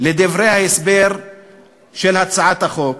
לדברי ההסבר של הצעת החוק,